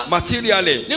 Materially